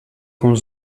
con